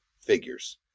figures